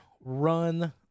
run